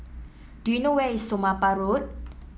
do you know where is Somapah Road